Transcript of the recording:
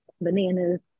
bananas